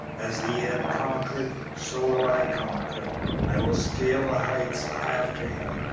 as he has conquered, so will i conquer i will scale the heights after him,